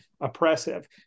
oppressive